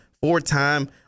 Four-time